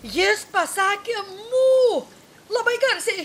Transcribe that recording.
jis pasakė mū labai garsiai